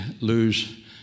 lose